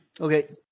Okay